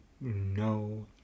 no